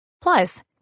Plus